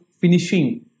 finishing